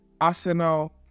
Arsenal